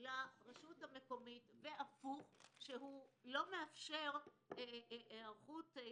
לרשות המקומית ולהיפך שלא מאפשר היערכות.